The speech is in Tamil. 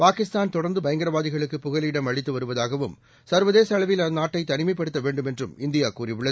பாகிஸ்தான் தொடர்ந்தபயங்கரவாதிகளுக்குப் புகலிடம் அளித்துவருவதாகவும் சர்வதேசஅளவில் அந்நாட்டைதனிமைப்படுத்தவேண்டும் என்றும் இந்தியாகூறியுள்ளது